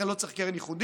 לכן לא צריך קרן ייחודית.